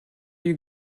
you